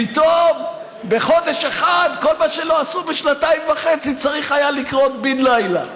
פתאום בחודש אחד כל מה שלא עשו בשנתיים וחצי צריך היה לקרות בן לילה.